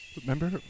Remember